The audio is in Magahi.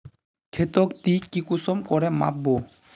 खेतोक ती कुंसम करे माप बो?